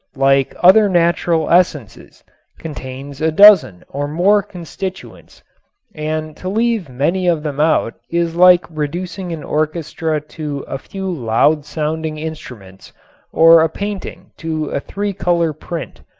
like other natural essences, contains a dozen or more constituents and to leave many of them out is like reducing an orchestra to a few loud-sounding instruments or a painting to a three-color print.